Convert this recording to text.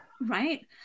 right